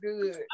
good